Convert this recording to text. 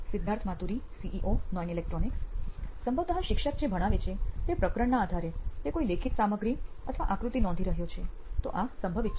Siddharth Maturi CEO નોઇન electronics સંભવત શિક્ષક જે ભણાવે છે તે પ્રકરણના આધારે તે કોઈ લેખિત સામગ્રી અથવા આકૃતિ નોંધી રહ્યો છે તો આ છે